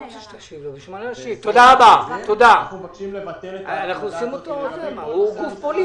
אנחנו מבקשים לבטל את ההצמדה הזו --- הוא גוף פוליטי,